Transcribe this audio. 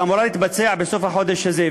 שאמורה להתבצע בסוף החודש הזה,